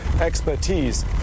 expertise